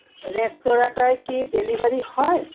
রেস্তোরাঁটায় কি ডেলিভারি হয়